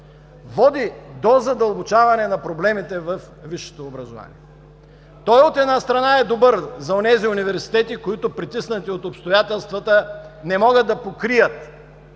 води до задълбочаване на проблемите във висшето образование. Той, от една страна, е добър за онези университети, които притиснати от обстоятелствата не могат да покрият